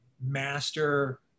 master